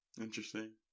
interesting